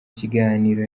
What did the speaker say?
kiganiro